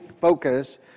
focus